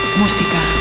música